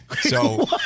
So-